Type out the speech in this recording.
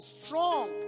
strong